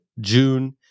June